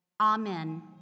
Amen